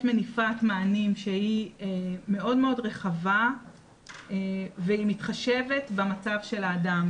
מניפת מענים שהיא מאוד מאוד רחבה והיא מתחשבת במצב של האדם.